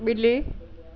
ॿिली